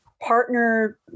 partner